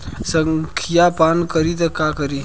संखिया पान करी त का करी?